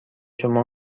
شما